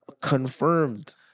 Confirmed